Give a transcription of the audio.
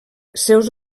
seus